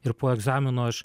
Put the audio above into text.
ir po egzamino aš